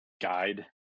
guide